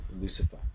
lucifer